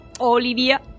Olivia